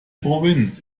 province